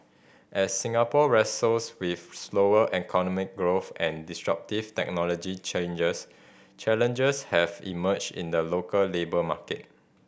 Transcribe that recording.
as Singapore wrestles with slower economic growth and disruptive technology changes challenges have emerged in the local labour market